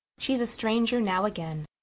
shee's a stranger now againe